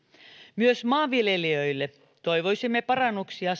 myös maanviljelijöille toivoisimme parannuksia